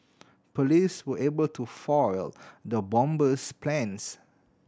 police were able to foil the bomber's plans